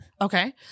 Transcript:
Okay